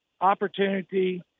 opportunity